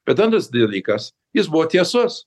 bet antras dalykas jis buvo tiesus